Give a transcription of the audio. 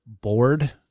bored